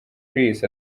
chris